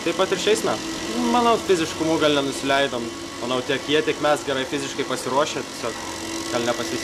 taip pat ir šiais met manau fiziškumu gal nenusileidom manau tiek jie tiek mes gerai fiziškai pasiruošę tiesiog gal nepasise